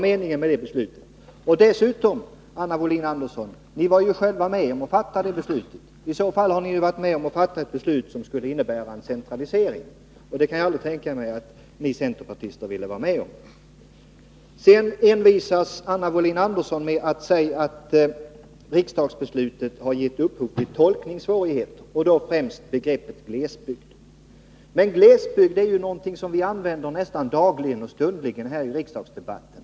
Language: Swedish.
Dessutom var ni ju själva, Anna Wohlin-Andersson, med om att fatta det beslutet. I så fall har ni varit med om att fatta ett beslut som skulle innebära en centralisering. Jag kunde aldrig tänka mig att ni centerpartister skulle vilja vara med på något sådant. Vidare envisas Anna Wohlin-Andersson med att säga att riksdagsbeslutet har gett upphov till tolkningssvårigheter, främst beträffande begreppet glesbygd. Men ”glesbygd” är ju ett begrepp som vi använder nästan dagligen och stundligen i riksdagsdebatten.